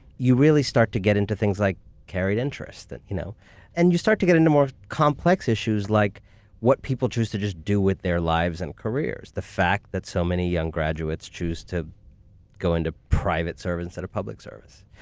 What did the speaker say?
you really start to get into things like carried interest. and you know and you start to get into more complex issues like what people choose to just do with their lives and careers. the fact that so many young graduates choose to go into private service instead of public service.